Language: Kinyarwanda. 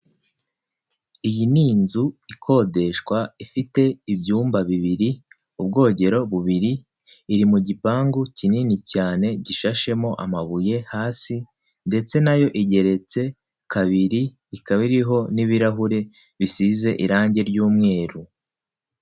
Iyi ni inzu ikodeshwa, ifite ibyumba bibiri, ubwogero bubiri, iri mu gipangu kinini cyane gishashemo amabuye hasi, ndetse na yo igeretse kabiri, ikaba iriho n'ibirahure bisize irange ry'umweru.